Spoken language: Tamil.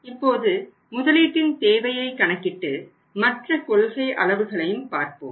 இப்போது முதலீட்டின் தேவையை கணக்கிட்டு மற்ற கொள்கை அளவுகளையும் பார்ப்போம்